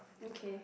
okay